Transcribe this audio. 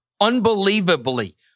unbelievably